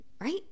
Right